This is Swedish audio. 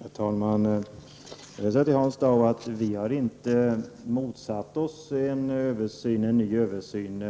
Herr talman! Jag vill säga till Hans Dau att vi inte har motsatt oss en ny översyn.